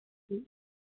ह्म्म